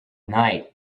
night